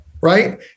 right